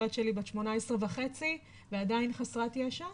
הבת שלי בת 18 וחצי ועדין חסרת ישע,